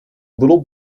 little